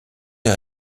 les